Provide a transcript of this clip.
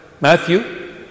Matthew